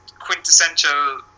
quintessential